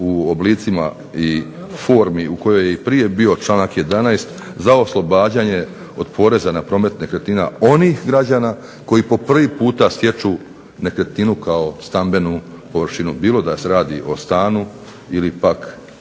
u oblicima i formi u kojoj je i prije bio članak 11. za oslobađanje od poreza na promet nekretnina onih građana koji po prvi puta stječu nekretninu kao stambenu površinu. Bilo da se radi o stanu ili pak